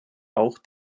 auch